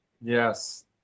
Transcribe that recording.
yes